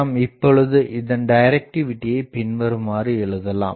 நாம் இப்பொழுது இதன் டைரக்டிவிடி மதிப்பை பின்வருமாறு எழுதலாம்